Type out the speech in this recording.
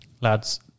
Lads